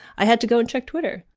i had to go and check twitter,